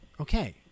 Okay